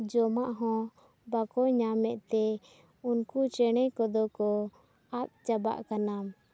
ᱡᱚᱢᱟᱜ ᱦᱚᱸ ᱵᱟᱠᱚ ᱧᱟᱢᱮᱫ ᱛᱮ ᱩᱱᱠᱩ ᱪᱮᱬᱮ ᱠᱚᱫᱚ ᱠᱚ ᱟᱫ ᱪᱟᱵᱟᱜ ᱠᱟᱱᱟ